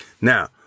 Now